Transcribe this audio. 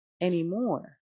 anymore